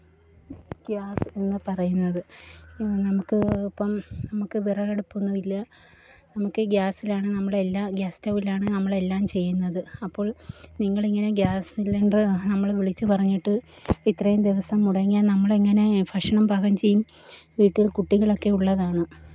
gas എന്നു പറയുന്നത് ഇന്ന് നമുക്ക് ഇപ്പം നമുക്ക് വിറകടുപ്പൊന്നമില്ല നമുക്ക് ഗ്യാസിലാണ് നമ്മുടെ എല്ലാ ഗ്യാസ് സ്റ്റൗവിലാണ് നമ്മൾ എല്ലാം ചെയ്യുന്നത് അപ്പോൾ നിങ്ങളിങ്ങനെ ഗ്യാസ് സിലിണ്ടർ നമ്മൾ വിളിച്ചു പറഞ്ഞിട്ട് ഇത്രയും ദിവസം മുടങ്ങിയാൽ നമ്മൾ എങ്ങനെ ഭക്ഷണം പാകം ചെയ്യും വീട്ടിൽ കുട്ടികളൊക്കെ ഉള്ളതാണ്